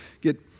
get